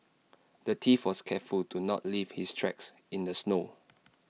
the thief was careful to not leave his tracks in the snow